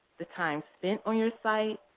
the time spent on your site,